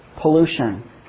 pollution